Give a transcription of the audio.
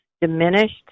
diminished